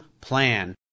plan